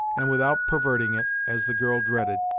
and without perverting it, as the girl dreaded,